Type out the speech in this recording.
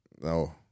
No